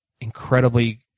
incredibly